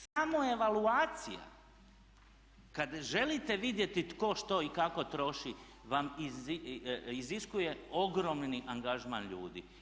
Samo evaluacija kada želite vidjeti tko, što i kako troši vam iziskuje ogromni angažman ljudi.